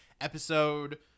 episode